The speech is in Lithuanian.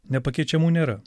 nepakeičiamų nėra